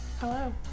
Hello